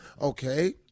Okay